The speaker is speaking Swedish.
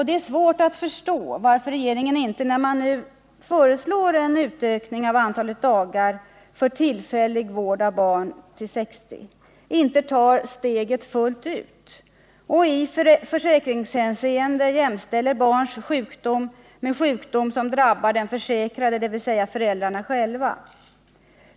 Det är svårt att förstå varför regeringen, när man nu föreslår en utökning av antalet dagar för tillfällig vård av barn till 60, inte tar steget fullt ut och i försäkringshänseende jämställer barns sjukdom med sjukdom som drabbar de försäkrade, dvs. föräldrarna själva.